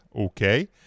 Okay